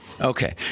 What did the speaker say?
okay